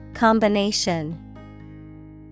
Combination